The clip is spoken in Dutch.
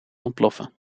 ontploffen